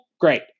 Great